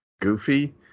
goofy